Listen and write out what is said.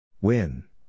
Win